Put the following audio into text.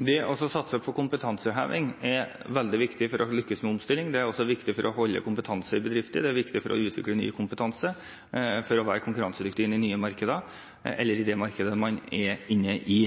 Det å satse på kompetanseheving er veldig viktig for å lykkes med omstilling. Det er også viktig for å holde på kompetansen i bedrifter, det er viktig for å utvikle ny kompetanse, for å være konkurransedyktig inn i nye markeder eller i det markedet man er inne i.